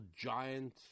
giant